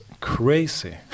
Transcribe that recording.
crazy